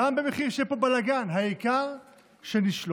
גם במחיר שיהיה פה בלגן, העיקר שנשלוט.